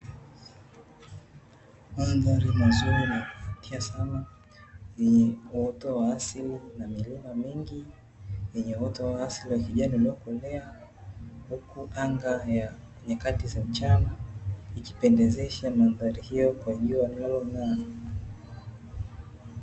Mandhari mazuri na ya kuvutia sana, yenye uoto wa asili na milima mingi yenye uoto wa asili wa kijani uliokolea, huku anga ya nyakati za mchana ikipendezesha mandhari hiyo kwa jua linalong’aa.